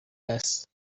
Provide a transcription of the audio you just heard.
است